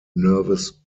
nervous